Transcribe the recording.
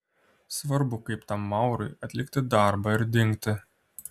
svarbu kaip tam maurui atlikti darbą ir dingti